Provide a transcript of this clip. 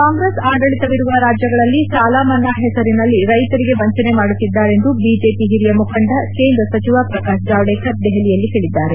ಕಾಂಗ್ರೆಸ್ ಆಡಳಿತವಿರುವ ರಾಜ್ಯಗಳಲ್ಲಿ ಸಾಲಮನ್ನಾ ಹೆಸರಿನಲ್ಲಿ ರೈತರಿಗೆ ವಂಚನೆ ಮಾಡುತ್ತಿದ್ದಾರೆಂದು ಬಿಜೆಪಿ ಹಿರಿಯ ಮುಖಂಡ ಕೇಂದ್ರ ಸಚಿವ ಪ್ರಕಾಶ್ ಜವಾಡೇಕರ್ ದೆಹಲಿಯಲ್ಲಿ ಹೇಳಿದ್ದಾರೆ